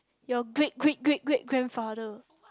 your great great great great grandfather